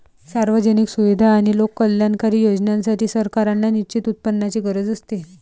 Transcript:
सार्वजनिक सुविधा आणि लोककल्याणकारी योजनांसाठी, सरकारांना निश्चित उत्पन्नाची गरज असते